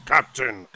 Captain